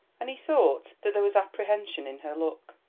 and he thought that there was apprehension in her look.